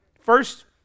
First